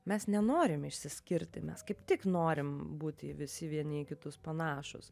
mes nenorim išsiskirti mes kaip tik norim būti visi vieni į kitus panašūs